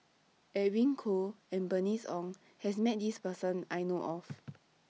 Edwin Koo and Bernice Ong has Met This Person I know of